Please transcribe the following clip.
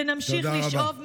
שנמשיך לשאוב מהגבורה,